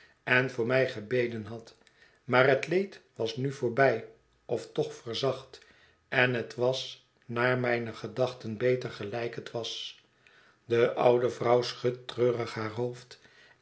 en voor mij gebeden hadt maar het leed was nu voorbij of toch verzacht en het was naar mijne gedachten beter gelijk het was de oude vrouw schudt treurig haar hoofd